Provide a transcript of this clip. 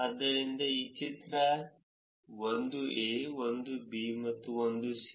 ಆದ್ದರಿಂದ ಇದು ಚಿತ್ರ 1 ಎ 1 ಬಿ ಮತ್ತು 1 ಸಿ